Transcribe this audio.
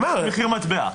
--- שוב,